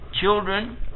Children